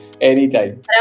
Anytime